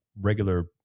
regular